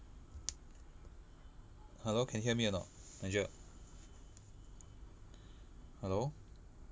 hello can hear me or not nigel hello